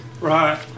Right